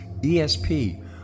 ESP